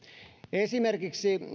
esimerkiksi